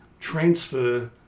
transfer